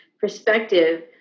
perspective